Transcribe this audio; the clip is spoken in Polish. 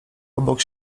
obok